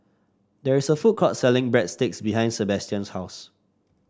there is a food court selling Breadsticks behind Sebastian's house